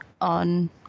on